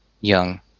Young